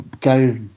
go